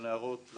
לנערות,